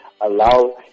allow